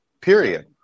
period